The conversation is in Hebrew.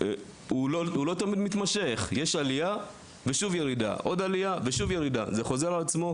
יש עלייה ושוב ירידה וחוזר חלילה.